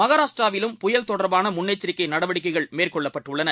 மகாராஷ்டிராவிலும்புயல்தொடர்பானமுன்னெச்சரிக்கைநடவடிக்கைகள்மேற்கொ ள்ளப்பட்டுள்ளன